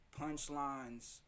Punchlines